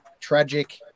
tragic